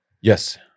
Yes